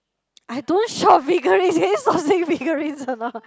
I don't shop figuries can you stop saying figurines or not